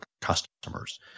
customers